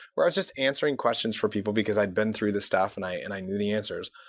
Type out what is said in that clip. where i was just answering questions for people, because i've been through this stuff and i and i knew the answers.